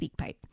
SpeakPipe